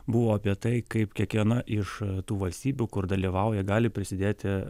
buvo apie tai kaip kiekviena iš tų valstybių kur dalyvauja gali prisidėti